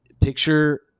picture